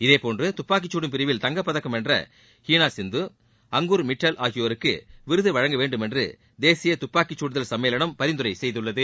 இதேபோன்று துப்பாக்கி கடும் பிரிவில் தங்கப்பதக்கம் வென்ற ஹீனா சித்து அங்கூர் மிட்டல் ஆகியோருக்கு விருது வழங்க வேண்டுமென்று தேசிய துப்பாக்கி கடுதல் சும்மேளம் பரிந்துரை செய்துள்ளது